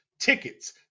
tickets